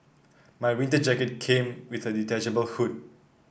my winter jacket came with a detachable hood